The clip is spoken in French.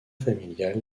familial